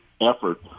effort